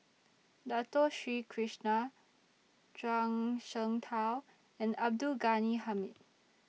Dato Sri Krishna Zhuang Shengtao and Abdul Ghani Hamid